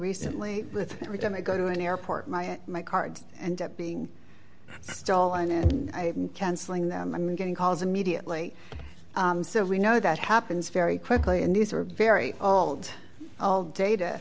recently with every time i go to an airport my of my cards and being stolen and i cancelling them and getting calls immediately so we know that happens very quickly and these are very old all data